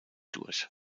durch